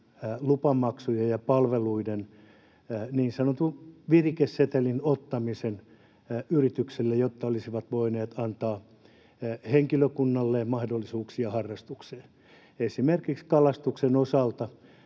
lupamaksujen ja palveluiden niin sanotun virikesetelin ottamisen yrityksille, jotka olisivat voineet antaa henkilökunnalleen mahdollisuuksia harrastukseen. Esimerkiksi kalastuksen osalta